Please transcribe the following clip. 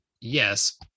yes